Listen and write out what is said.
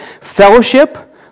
Fellowship